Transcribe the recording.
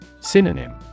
Synonym